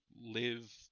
live